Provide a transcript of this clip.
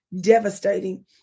devastating